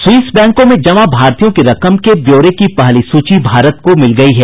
Swiss बैंकों में जमा भारतीयों की रकम के ब्यौरे की पहली सूची भारत को मिल गई है